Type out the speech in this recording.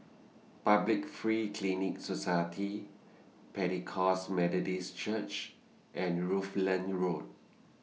Public Free Clinic Society Pentecost Methodist Church and Rutland Road